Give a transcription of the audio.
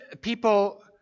people